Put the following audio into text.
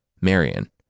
Marion